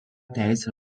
teisę